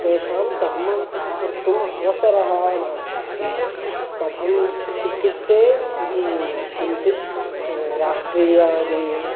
तेषां कर्म कर्तुम् अवसरः नास्ति कथम् इत्युक्ते किञ्चित् राष्ट्रीयादि